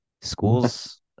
Schools